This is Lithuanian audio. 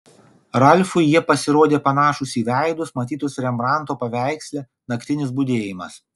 ralfui jie pasirodė panašūs į veidus matytus rembranto paveiksle naktinis budėjimas